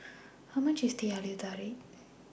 How much IS Teh Halia Tarik